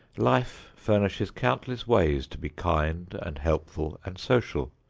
life furnishes countless ways to be kind and helpful and social.